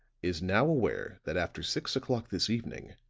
is now aware that after six o'clock this evening,